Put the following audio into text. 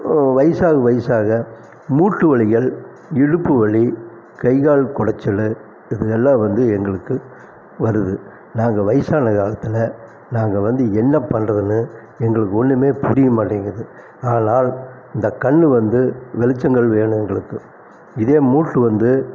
வயசாக வயசாக மூட்டு வலிகள் இடுப்பு வலி கை கால் குடச்சலு இது எல்லாம் வந்து எங்களுக்கு வருது நாங்கள் வயசான காலத்தில் நாங்கள் வந்து என்ன பண்றதுன்னு எங்களுக்கு ஒண்ணுமே புரிய மாட்டேங்குது ஆதலால் இந்த கண்ணு வந்து வெளிச்சங்கள் வேணும் எங்களுக்கு இதே மூட்டு வந்து